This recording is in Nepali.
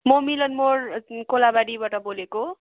मो मिलनमोड कोलाबारीबाट बोलेको